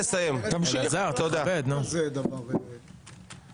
בעבודת החקיקה ובעבודת הכנסת.